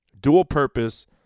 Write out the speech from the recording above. dual-purpose